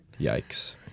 Yikes